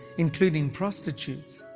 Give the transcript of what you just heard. including prostitutes.